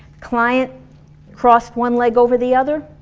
client crossed one leg over the other,